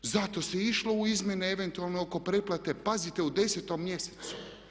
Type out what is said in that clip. Zato se i išlo u izmjene eventualne oko preplate, pazite u 10. mjesecu.